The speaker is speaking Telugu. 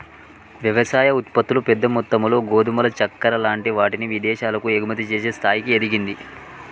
వ్యవసాయ ఉత్పత్తులు పెద్ద మొత్తములో గోధుమలు చెక్కర లాంటి వాటిని విదేశాలకు ఎగుమతి చేసే స్థాయికి ఎదిగింది